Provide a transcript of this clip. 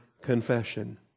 confession